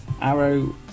Arrow